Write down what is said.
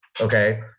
Okay